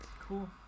Cool